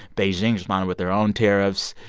beijing's responding with their own tariffs.